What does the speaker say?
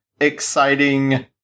exciting